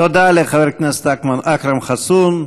תודה לחבר הכנסת אכרם חסון.